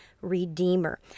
redeemer